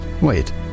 wait